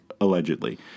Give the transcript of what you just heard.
allegedly